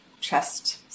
chest